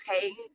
paying